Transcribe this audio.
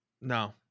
No